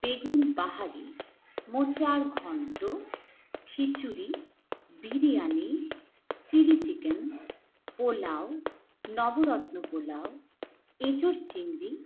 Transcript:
বেগুন বাহারি মোচার ঘণ্ট খিচুড়ি বিরিয়ানি চিলি চিকেন পোলাও নবরত্ন পোলাও এঁচোড় চিংড়ি